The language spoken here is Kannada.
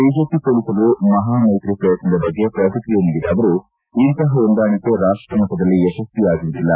ಬಿಜೆಪಿ ಸೋಲಿಸಲು ಮಹಾಮೈತ್ರಿ ಪ್ರಯತ್ನದ ಬಗ್ಗೆ ಪ್ರಕ್ಷಿಕ್ರಿಯೆ ನೀಡಿದ ಅವರು ಇಂತಪ ಹೊಂದಾಣಿಕೆ ರಾಷ್ಟಮಟ್ಟದಲ್ಲಿ ಯಶಸ್ವಿಯಾಗುವುದಿಲ್ಲ